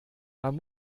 man